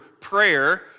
prayer